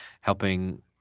helping